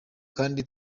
kandi